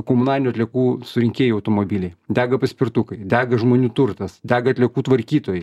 komunalinių atliekų surinkėjų automobiliai dega paspirtukai dega žmonių turtas dega atliekų tvarkytojai